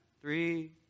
three